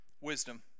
wisdom